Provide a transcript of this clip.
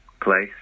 place